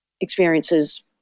experiences